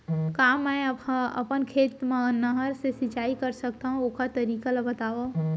का मै ह अपन खेत मा नहर से सिंचाई कर सकथो, ओखर तरीका ला बतावव?